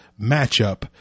matchup